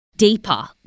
Deeper